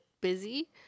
busy